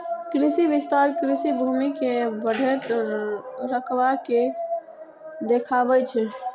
कृषि विस्तार कृषि भूमि के बढ़ैत रकबा के देखाबै छै